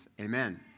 Amen